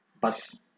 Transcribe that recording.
bus